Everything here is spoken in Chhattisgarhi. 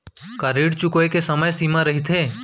का ऋण चुकोय के समय सीमा रहिथे?